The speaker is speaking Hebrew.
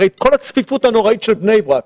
הרי כל הצפיפות הנוראית של בני ברק,